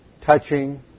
touching